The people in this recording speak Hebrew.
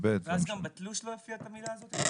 אז גם בתלוש לא תופיע המילה הזאת?